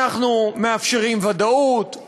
אנחנו מאפשרים ודאות,